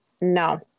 no